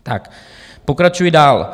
Tak pokračuji dál.